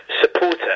supporter